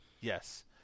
Yes